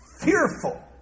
fearful